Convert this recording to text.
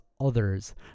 others